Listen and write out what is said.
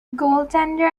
goaltender